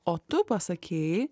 o tu pasakei